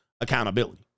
accountability